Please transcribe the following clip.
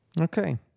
Okay